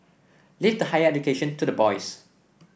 leave the higher education to the boys